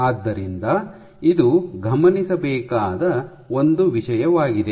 ಆದ್ದರಿಂದ ಇದು ಗಮನಿಸಬೇಕಾದ ಒಂದು ವಿಷಯವಾಗಿದೆ